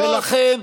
ולכן,